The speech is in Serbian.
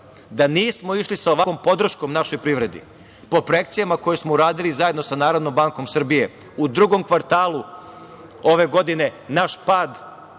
da nismo išli sa ovakvom podrškom našoj privredi, po projekcijama koje smo uradili zajedno sa NBS, u drugom kvartalu ove godine naš pad,